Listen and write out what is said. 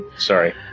Sorry